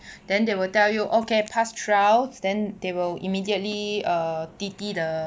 then they will tell you okay pass trials then they will immediately err di~di~ the